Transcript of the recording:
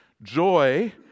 Joy